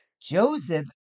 Joseph